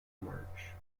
march